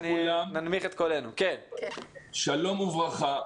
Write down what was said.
שלום וברכה.